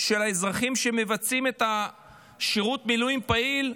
האזרחים שמבצעים שירות מילואים פעיל,